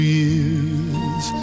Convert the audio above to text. years